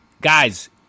Guys